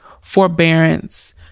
forbearance